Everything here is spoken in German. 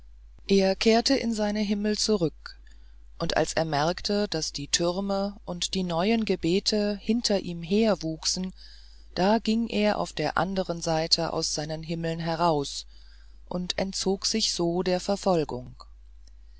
er kehrte in seine himmel zurück und als er merkte daß die türme und die neuen gebete hinter ihm her wuchsen da ging er auf der anderen seite aus seinen himmeln hinaus und entzog sich so der verfolgung